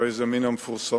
הרי זה מן המפורסמות,